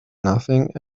nothing